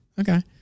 okay